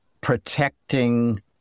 protecting